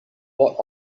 what